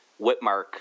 Whitmark